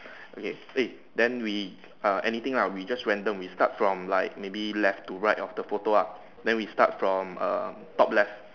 okay eh they then we uh anything lah we just random we start from like maybe left to right of the photo ah then we start from um top left